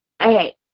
okay